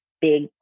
big